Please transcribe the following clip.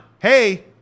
hey